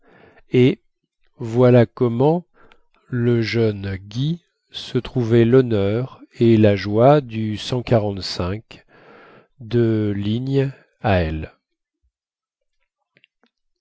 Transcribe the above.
et voilà comment le jeune guy se trouvait lhonneur et la joie du de ligne à l